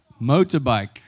motorbike